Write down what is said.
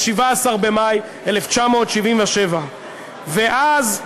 17 במאי 1977. ואז,